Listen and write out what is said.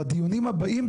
בדיונים הבאים,